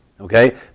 okay